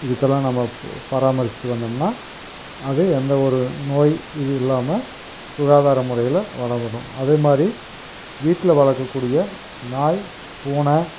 இதுக்கெல்லாம் நம்ம பொ பராமரித்திட்டு வந்தோம்னால் அது எந்த ஒரு நோய் இது இல்லாமல் சுகாதார முறையில் வளர்க்கணும் அதேமாதிரி வீட்டில் வளர்க்கக்கூடிய நாய் பூனை